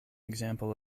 example